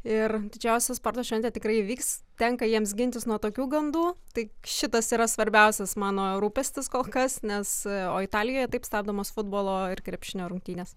ir didžiausia sporto šventė tikrai įvyks tenka jiems gintis nuo tokių gandų tai šitas yra svarbiausias mano rūpestis kol kas nes o italijoje taip stabdomos futbolo ir krepšinio rungtynės